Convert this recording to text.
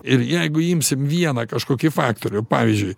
ir jeigu imsim vieną kažkokį faktorių pavyzdžiui